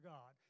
God